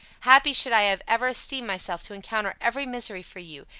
happy should i have ever esteemed myself to encounter every misery for you,